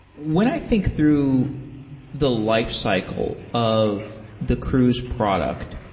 when i think through the lifecycle of the cruise product,